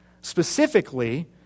Specifically